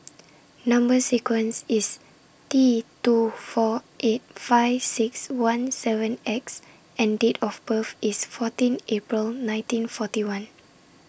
Number sequence IS T two four eight five six one seven X and Date of birth IS fourteen April nineteen forty one